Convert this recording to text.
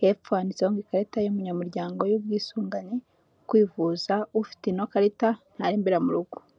Hepfo handitseho ikarita y'umunyamuryango y'ubwisungane mu kwivuza. Ufite ino karita ntarembera mu rugo.